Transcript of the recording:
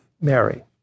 Mary